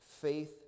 faith